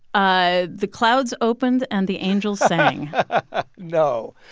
ah the clouds opened, and the angels sang no,